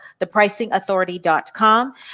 thepricingauthority.com